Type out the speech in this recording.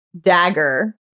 dagger